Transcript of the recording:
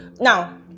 now